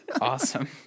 Awesome